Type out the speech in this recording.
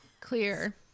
clear